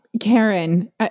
Karen